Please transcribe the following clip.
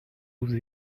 vous